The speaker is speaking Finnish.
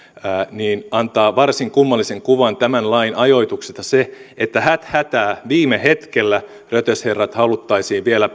niin antaa varsin kummallisen kuvan tämän lain ajoituksesta se että häthätää viime hetkellä rötösherrat haluttaisiin vielä